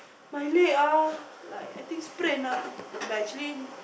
my leg ah like I think sprain ah but actually